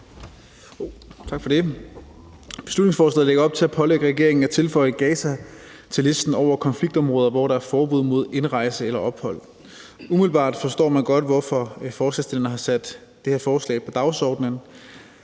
Tak for det. Beslutningsforslaget lægger op til at pålægge regeringen at tilføje Gaza til listen over konfliktområder, hvor der er forbud mod indrejse eller ophold. Umiddelbart forstår man godt, hvorfor forslagsstillerne har sat det her forslag på dagsordenen.